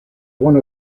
one